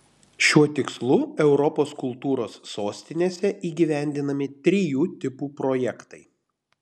šiuo tikslu europos kultūros sostinėse įgyvendinami trijų tipų projektai